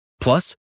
Plus